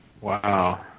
wow